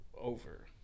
over